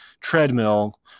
treadmill